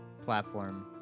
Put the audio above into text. platform